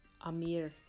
Amir